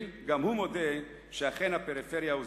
הווי אומר, גם הוא מודה שאכן הפריפריה הוזנחה.